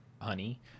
honey